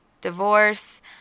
Divorce